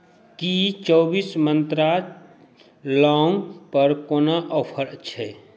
कि चौबिस मंत्रा लौङ्गपर कोनो ऑफर छै